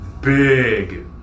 big